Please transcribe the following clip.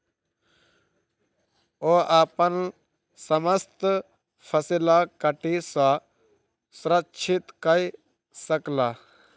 ओ अपन समस्त फसिलक कीट सॅ सुरक्षित कय सकला